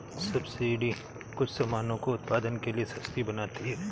subsidy कुछ सामानों को उत्पादन के लिए सस्ती बनाती है